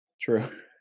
true